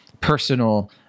personal